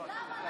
נא לסיים.